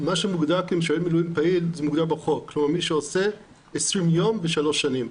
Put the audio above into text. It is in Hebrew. משרת מילואים פעיל מוגדר בחוק כמי שעושה 20 ימי מילואים בשלוש שנים.